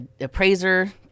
appraiser